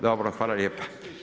Dobro, hvala lijepa.